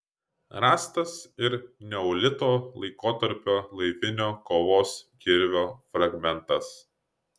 rastas ir neolito laikotarpio laivinio kovos kirvio fragmentas